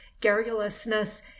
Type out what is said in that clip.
garrulousness